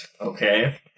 Okay